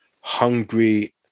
hungry